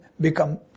become